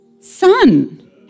son